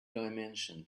dimension